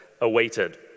awaited